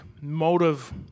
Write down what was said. motive